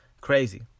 Crazy